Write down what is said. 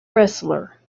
wrestler